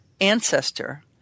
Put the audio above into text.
ancestor